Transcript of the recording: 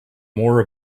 more